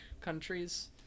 countries